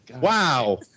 Wow